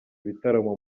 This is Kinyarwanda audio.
ibitaramo